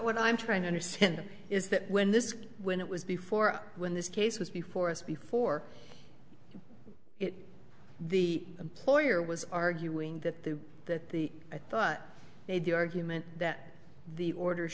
trying to understand is that when this when it was before when this case was before us before it the employer was arguing that the that the i thought made the argument that the order